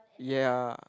yea